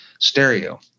Stereo